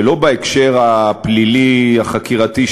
ולא בהקשר הפלילי החקירתי,